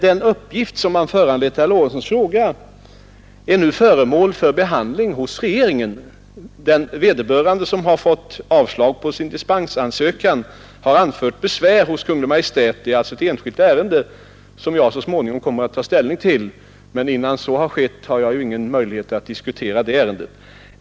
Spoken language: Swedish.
Den uppgift som har föranlett herr Lorentzons fråga är nu föremål för behandling hos regeringen. Vederbörande som har fått avslag på sin dispensansökan har anfört besvär hos Kungl. Maj:t. Detta är alltså ett enskilt ärende som jag så småningom kommer att ta ställning till, och innan så har skett har jag ingen möjlighet att diskutera saken.